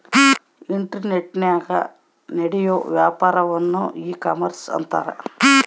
ಇಂಟರ್ನೆಟನಾಗ ನಡಿಯೋ ವ್ಯಾಪಾರನ್ನ ಈ ಕಾಮರ್ಷ ಅಂತಾರ